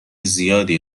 زیادی